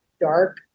dark